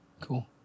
Cool